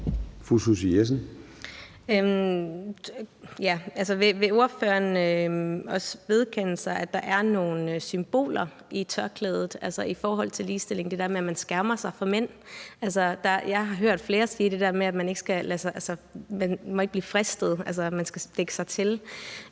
Susie Jessen (DD): Vil ordføreren også vedkende sig, at der er nogle symboler i tørklædet, altså i forhold til ligestilling og det der med, at man skærmer sig for mænd? Jeg har hørt flere sige det der med, at man ikke må blive fristet, altså at man skal dække sig til.